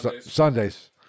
Sundays